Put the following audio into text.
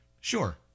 Sure